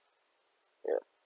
ya